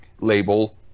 label